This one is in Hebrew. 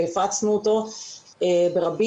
הפצנו אותו ברבים.